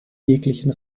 jeglichen